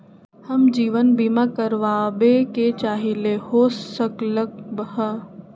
हम जीवन बीमा कारवाबे के चाहईले, हो सकलक ह?